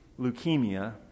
leukemia